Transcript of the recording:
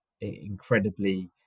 incredibly